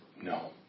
No